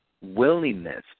willingness